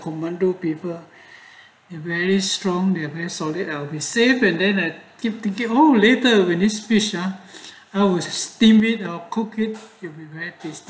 commando people very strongly of their sort it I'll be safe and then it keep thinking oh later when this fisher hours steam with or cook it you regret this